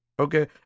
Okay